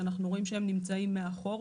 שאנחנו רואים שהם נמצאים מאחור,